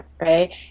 right